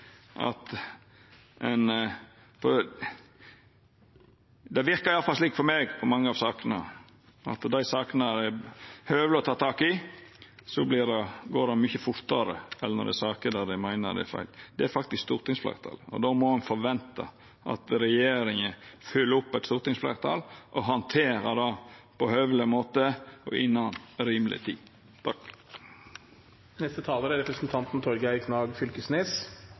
Det verkar iallfall slik for meg når det gjeld mange av sakene, at med dei sakene dei meiner det er høveleg å ta tak i, går det mykje fortare enn når det er saker der dei meiner det er feil. Det er faktisk eit stortingsfleirtal, og då må ein forventa at regjeringa fylgjer det opp og handterer det på høveleg måte og innan rimeleg tid. Ut frå mi enkle berekning er